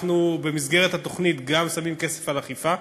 במסגרת התוכנית אנחנו שמים כסף גם לאכיפה,